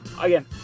Again